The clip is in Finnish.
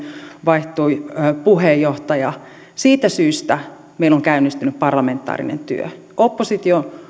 vaihtui puheenjohtaja siitä syystä meillä on käynnistynyt parlamentaarinen työ oppositio